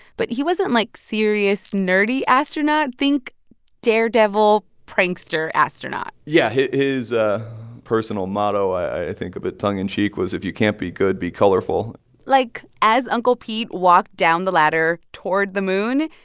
but he wasn't, like, serious, nerdy astronaut. think daredevil prankster astronaut yeah. his ah personal motto, i think a bit tongue-in-cheek, was if you can't be good, be colorful like, as uncle pete walked down the ladder toward the moon,